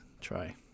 try